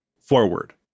Forward